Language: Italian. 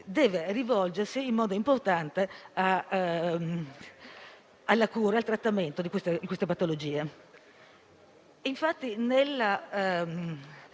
deve rivolgersi in modo importante alla cura e al trattamento di queste patologie.